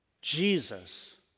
Jesus